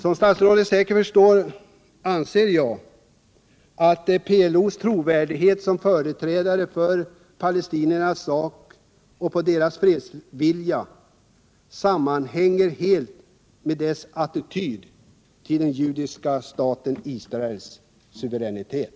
Som utrikesministern säkert förstår, anser jag att PLO:s trovärdighet som företrädare för palestiniernas sak och tilltron till dess fredsvilja helt sammanhänger med dess attityd till den judiska staten Israels suveränitet.